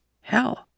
hell